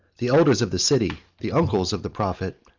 the elders of the city, the uncles of the prophet,